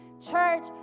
Church